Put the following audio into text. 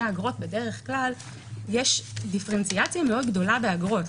אגרות בדרך כלל יש דיפרנציאציה מאוד גדולה באגרות,